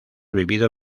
vivido